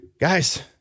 Guys